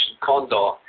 Condor